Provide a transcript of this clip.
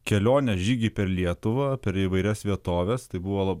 kelionę žygį per lietuvą per įvairias vietoves tai buvo